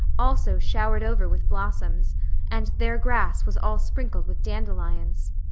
also showered over with blossoms and their grass was all sprinkled with dandelions.